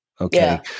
Okay